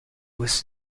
was